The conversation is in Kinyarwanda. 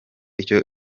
icyo